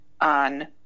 on